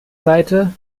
seite